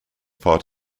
part